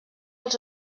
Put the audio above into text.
als